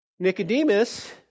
Nicodemus